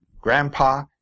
grandpa